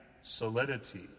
solidity